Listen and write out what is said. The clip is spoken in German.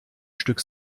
stück